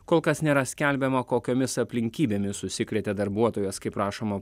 kol kas nėra skelbiama kokiomis aplinkybėmis užsikrėtė darbuotojas kaip rašoma